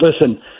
listen